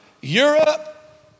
Europe